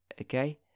Okay